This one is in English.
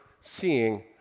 seeing